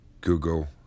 Google